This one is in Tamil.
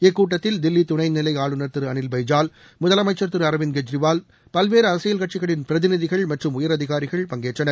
இக்கூட்டத்தில் தில்லி துணைநிலை ஆளுநர் திரு அனில் பைஜால் முதலமைச்சர் திரு அரவிந்த் கெஜ்ரிவால் பல்வேறு அரசியல் கட்சிகளின் பிரதிநிதிகள் மற்றும் உயரதிகாரிகள் பங்கேற்றனர்